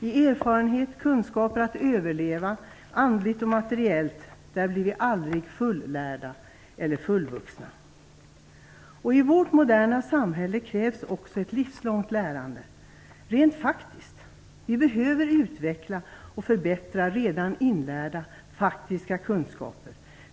I fråga om erfarenheter, kunskaper att överleva, andligt och materiellt, blir vi aldrig fulllärda eller fullvuxna. I vårt moderna samhälle krävs ett livslångt lärande, rent faktiskt. Vi behöver utveckla och förbättra redan inlärda faktiska kunskaper.